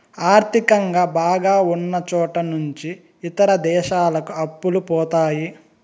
ఆర్థికంగా బాగా ఉన్నచోట నుంచి ఇతర దేశాలకు అప్పులు పోతాయి